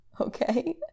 okay